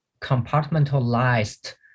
compartmentalized